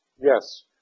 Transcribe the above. yes